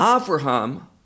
abraham